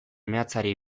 meatzari